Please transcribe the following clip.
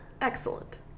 excellent